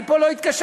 אני פה לא התקשרתי.